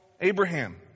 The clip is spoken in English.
Abraham